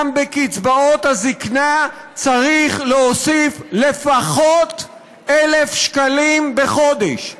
גם לקצבאות הזיקנה צריך להוסיף לפחות 1,000 שקלים בחודש.